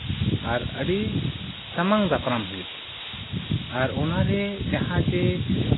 ᱟᱨ ᱟᱹᱰᱤ ᱥᱟᱢᱟᱝ ᱫᱟᱯᱨᱟᱢ ᱦᱩᱭᱩᱜᱼᱟ ᱟᱨ ᱚᱱᱟᱨᱮ ᱡᱟᱦᱟᱸ ᱡᱮ